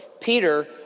Peter